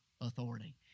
authority